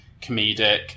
comedic